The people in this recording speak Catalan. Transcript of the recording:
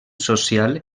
social